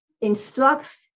instructs